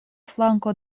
flanko